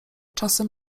czasem